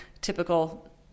typical